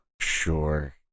Sure